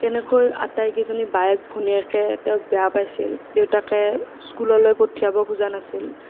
কেনেকৈ আটাইকেইজনী বায়েক ভনীয়েকে তেওঁক বেয়া পাইছিল দেউতাকে স্কুললৈ পঠিয়াব খোজা নাছিল